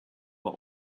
what